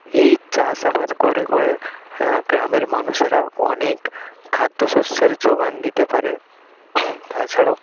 এই চাষ আবাদ করে করে গ্রামের মানুষেরা অনেক খাদ্য শস্যের যোগান দিতে পারে তাছাড়াও